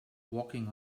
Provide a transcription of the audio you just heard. walking